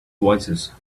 voicesand